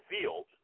field